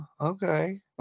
Okay